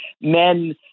Men